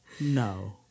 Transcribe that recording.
no